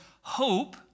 hope